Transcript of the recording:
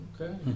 Okay